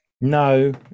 No